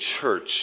church